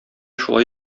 шулай